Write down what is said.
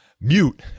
mute